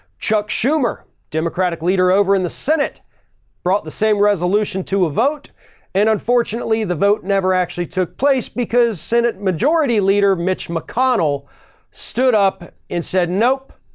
chuck schumer, democratic leader over in the senate brought the same resolution to a vote and unfortunately the vote never actually took place because senate majority leader mitch mcconnell stood up and said, nope,